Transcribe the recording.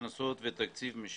הכנסות ותקציב משלה.